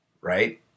Right